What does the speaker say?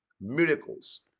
miracles